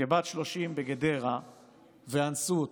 כבת 30 בגדרה ואנסו אותה.